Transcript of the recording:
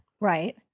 Right